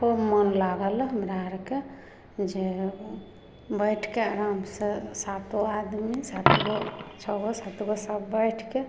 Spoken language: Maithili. खूब मन लागल हमरा आरके जे बैठके आराम से सातो आदमी सातगो छओगो सातगो सब बैठ कए